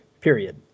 period